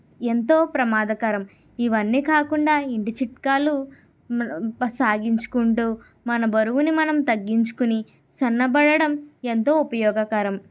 ఎంతో ప్రమాదకరం ఇవన్నీ కాకుండా ఇంటి చిట్కాలు సాగించుకుంటూ మన బరువుని మనం తగ్గించుకొని సన్నబడడం ఎంతో ఉపయోగకరం